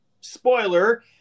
Spoiler